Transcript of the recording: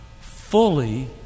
fully